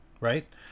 right